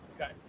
Okay